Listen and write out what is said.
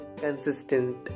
consistent